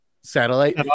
satellite